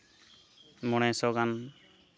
ᱢᱚᱬᱮ ᱥᱚ ᱜᱟᱱ